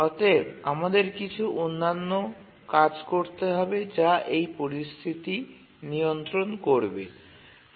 অতএব আমাদের কিছু অন্যান্য কাজ করতে হবে যা এই পরিস্থিতি নিয়ন্ত্রণ করবে